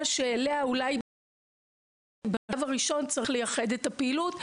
שאולי אליה בשלב הראשון צריך לייחד את הפעילות.